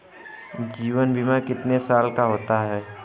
जीवन बीमा कितने साल का होता है?